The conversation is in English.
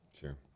Sure